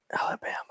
Alabama